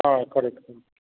হ্যাঁ correct correct